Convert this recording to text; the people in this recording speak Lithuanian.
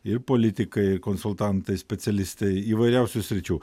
ir politikai konsultantai specialistai įvairiausių sričių